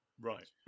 Right